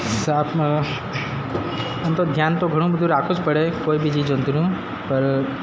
સાપમા એમ તો ધ્યાન તો ઘણું બધુ રાખવું જ પડે કોઈબી જીવ જંતુનું પર